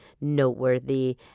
noteworthy